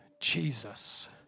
Jesus